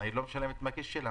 היא לא משלמת מהכיס שלה,